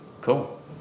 Cool